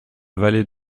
vallée